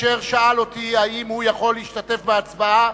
אשר שאל אותי אם הוא יכול להשתתף בהצבעה,